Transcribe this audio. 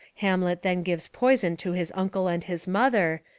hamlet then gives poison to his uncle and his mother,